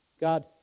God